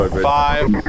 five